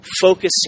focusing